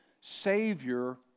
Savior